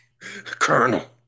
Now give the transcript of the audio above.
Colonel